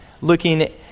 Looking